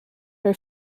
for